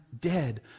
dead